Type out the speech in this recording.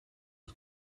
was